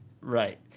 Right